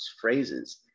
phrases